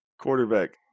Quarterback